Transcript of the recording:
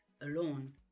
alone